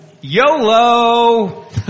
YOLO